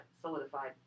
solidified